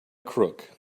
crook